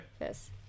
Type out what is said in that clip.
Yes